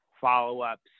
follow-ups